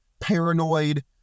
paranoid